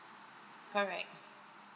correct